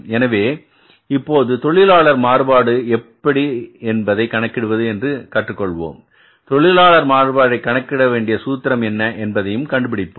எனவே இப்போது தொழிலாளர் மாறுபாடு என்பதை எப்படி கணக்கிடுவது என்பதை கற்றுக்கொள்வோம் தொழிலாளர் மாறுபாட்டை கணக்கிட வேண்டிய சூத்திரம் என்ன என்பதையும் கண்டுபிடிப்போம்